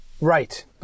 Right